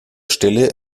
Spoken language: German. stelle